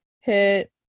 hit